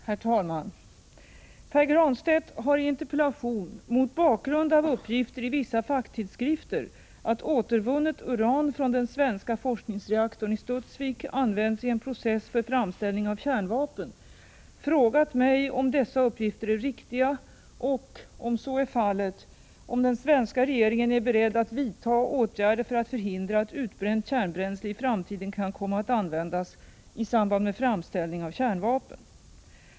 Herr talman! Pär Granstedt har i en interpellation mot bakgrund av uppgifter i vissa facktidskrifter om att återvunnet uran från den svenska forskningsreaktorn i Studsvik används i en process för framställning av kärnvapen frågat mig om dessa uppgifter är riktiga och, om så är fallet, om den svenska regeringen är beredd att vidta åtgärder för att förhindra att utbränt kärnbränsle i framtiden kan komma att användas i samband med framställning i kärnvapen.